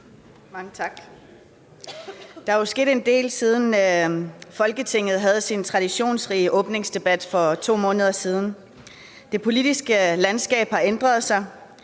(IA): Tak. Der er jo sket en del, siden Folketinget havde sin traditionsrige åbningsdebat for 2 måneder siden. Det politiske landskab har ændret sig,